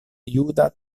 juda